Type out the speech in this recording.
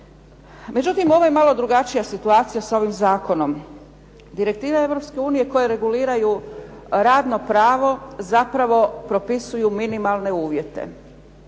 Međutim, ovo je malo drugačija situacija sa ovim zakonom. Direktive Europske unije koje reguliraju radno pravo zapravo propisuju minimalne uvjete.